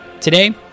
Today